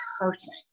person